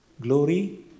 glory